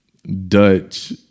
dutch